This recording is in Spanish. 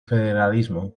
federalismo